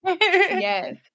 yes